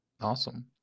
Awesome